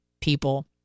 people